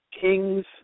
king's